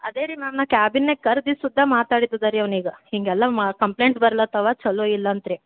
ಅದೇ ರೀ ಮ್ಯಾಮ್ ನಾ ಕ್ಯಾಬಿನ್ನಾಗ ಕರ್ದು ಶುದ್ಧ ಮಾತಾಡಿದ್ದದ ರೀ ಅವ್ನಿಗೆ ಹೀಗೆಲ್ಲ ಮಾ ಕಂಪ್ಲೇಂಟ್ ಬರ್ಲತ್ತವ ಛಲೋ ಇಲ್ಲಂತ ರೀ